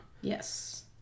Yes